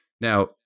now